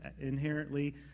inherently